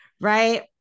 right